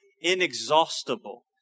inexhaustible